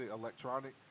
electronic